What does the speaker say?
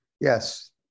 Yes